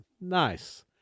nice